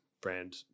brand –